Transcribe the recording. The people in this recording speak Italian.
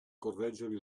correggere